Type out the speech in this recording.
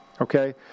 Okay